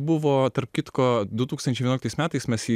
buvo tarp kitko du tūkstančiai vienuoliktais metais mes į